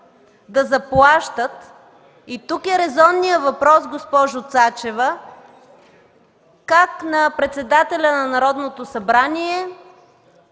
да заплащат. Тук е резонният въпрос, госпожо Цачева, как на председателя на Народното събрание,